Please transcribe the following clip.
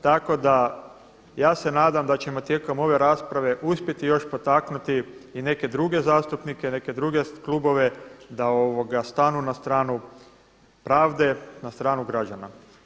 Tako da ja se nadam da ćemo tijekom ove rasprave uspjeti još potaknuti i neke druge zastupnike, neke druge klubove da stanu na stranu pravde, na stranu građana.